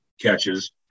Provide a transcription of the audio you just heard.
catches